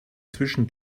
zwischen